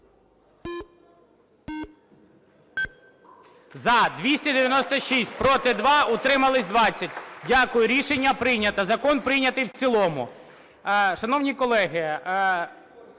За-296 Проти – 2, утримались – 20. Дякую. Рішення прийнято. Закон прийнятий в цілому.